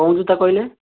କେଉଁ ଜୋତା କହିଲେ